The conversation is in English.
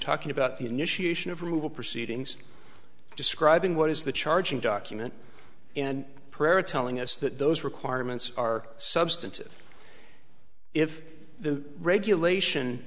talking about the initiation of rule proceedings describing what is the charging document and pereira telling us that those requirements are substantive if the regulation